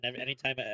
anytime